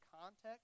context